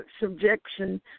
subjection